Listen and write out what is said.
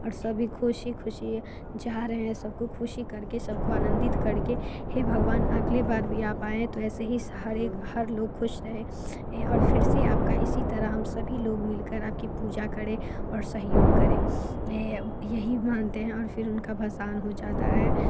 और सभी खुशी खुशी जा रहे हैं सबको खुशी करके सबको आनंदित करके हे भगवान अगले बार भी आप आएं तो ऐसे ही हर एक हर लोग खुश रहें और फिर से आपका इसी तरह हम सभी लोग मिलकर आपकी पूजा करें और सहयाेग करें यही मानते हैं फिर उनका भसान हो जाता है